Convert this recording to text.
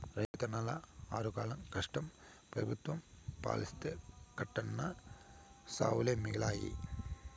రైతన్నల ఆరుగాలం కష్టం పెబుత్వం పాలై కడన్నా సావులే మిగిలాయి